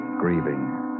grieving